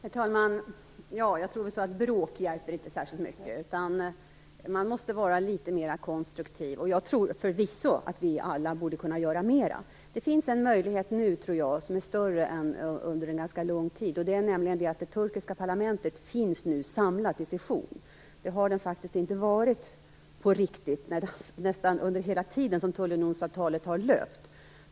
Herr talman! Jag tror inte att bråk hjälper särskilt mycket, utan man måste vara litet mer konstruktiv. Jag tycker förvisso att vi alla borde kunna göra mer. Det finns nu en möjlighet som jag tror är större än den har varit på ganska länge. Det turkiska parlamentet är nu nämligen samlat till session, vilket det faktiskt inte har varit på riktigt under nästan hela den tid som tullunionsavtalet har löpt.